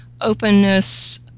openness